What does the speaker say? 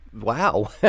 wow